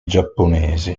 giapponesi